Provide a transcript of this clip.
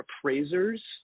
appraisers